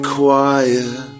quiet